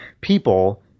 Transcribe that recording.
people